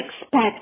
expect